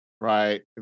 right